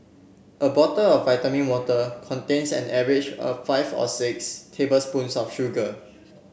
a bottle of vitamin water contains an average of five or six tablespoons of sugar